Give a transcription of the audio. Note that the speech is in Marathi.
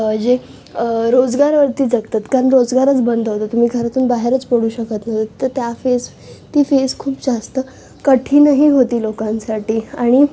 जे रोजगार वरतीच जगतात कारण रोजगारच बंद होता तुम्ही घरातून बाहेरच पडू शकत नाही तर त्या फेज ती फेज खूप जास्त कठीणही होती लोकांसाठी आणि